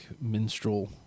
minstrel